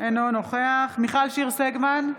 אינו נוכח מיכל שיר סגמן,